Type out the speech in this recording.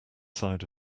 side